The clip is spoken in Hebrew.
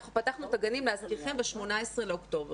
אנחנו פתחנו את הגנים, להזכירכם, ב-18 באוקטובר.